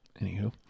Anywho